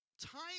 time